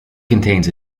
contains